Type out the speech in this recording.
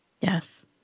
Yes